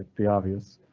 the obvious